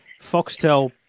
Foxtel